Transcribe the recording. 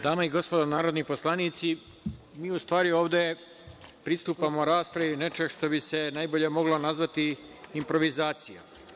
Dame i gospodo narodni poslanici, mi u stvari ovde pristupamo raspravi nečeg što bi se najbolje moglo nazvati improvizacija.